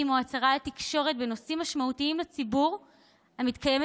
או הצהרה לתקשורת בנושאים משמעותיים לציבור המתקיימת